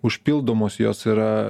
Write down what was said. užpildomos jos yra